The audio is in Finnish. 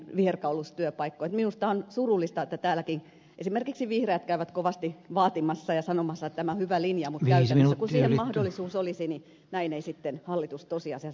minusta on surullista että täälläkin esimerkiksi vihreät käyvät kovasti vaatimassa tätä ja sanomassa että tämä on hyvä linja mutta kun siihen käytännössä olisi mahdollisuus niin näin ei sitten hallitus tosiasiassa toimi